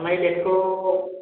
थांनाय देतखौ